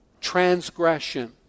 transgression